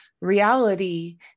reality